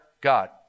God